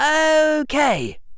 Okay